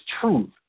truth